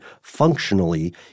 functionally